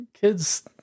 kids